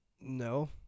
No